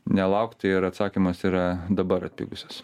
nelaukti ir atsakymas yra dabar atpigusios